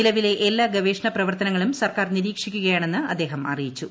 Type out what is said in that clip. നിലവിലെ എല്ലാ ഗവേഷണ പ്രവർത്തനങ്ങളും സർക്കാർ നിരീക്ഷിക്കുകയാണെന്ന് അദ്ദേഹം അറിയിച്ചു